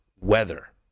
weather